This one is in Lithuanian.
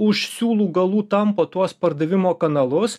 už siūlų galų tampo tuos pardavimo kanalus